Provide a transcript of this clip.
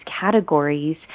categories